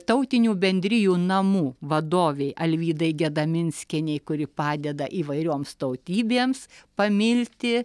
tautinių bendrijų namų vadovei alvydai gedaminskienei kuri padeda įvairioms tautybėms pamilti